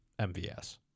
MVS